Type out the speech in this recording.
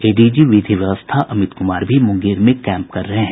ADG विधि व्यवस्था अमित कुमार भी मुंगेर में कैम्प कर रहे हैं